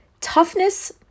Toughness